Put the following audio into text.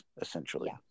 essentially